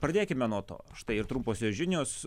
pradėkime nuo to štai ir trumposios žinios